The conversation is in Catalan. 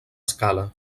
escala